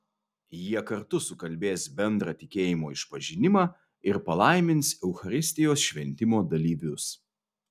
jie kartu sukalbės bendrą tikėjimo išpažinimą ir palaimins eucharistijos šventimo dalyvius